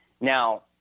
Now